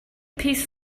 piece